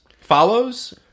follows